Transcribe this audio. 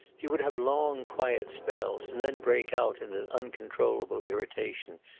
he would have long, quiet spells, and then break out in an uncontrollable irritation,